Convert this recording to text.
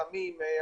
סמים,